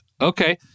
Okay